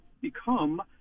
become